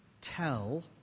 tell